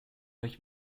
euch